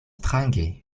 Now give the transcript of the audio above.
strange